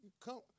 come